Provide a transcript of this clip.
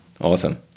Awesome